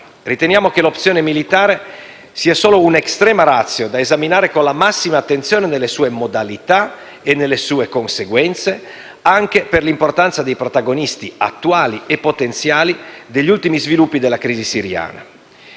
Riteniamo che l'opzione militare sia solo una *extrema* *ratio*, da esaminare con la massima attenzione nelle sue modalità e nelle sue conseguenze, anche per l'importanza dei protagonisti attuali e potenziali degli ultimi sviluppi della crisi siriana.